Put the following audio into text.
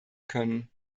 können